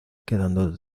quedando